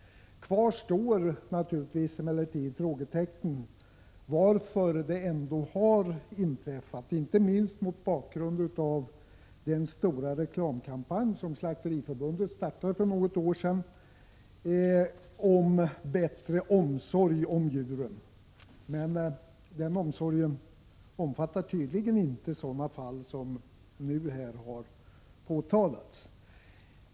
Kvar står emellertid frågan varför detta ändå har inträffat, inte minst mot bakgrund av den stora reklamkampanj som Slakteriförbundet startade för något år sedan om bättre omsorg om djuren. Den omsorgen omfattar tydligen inte sådana fall som nu har påtalats.